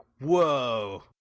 whoa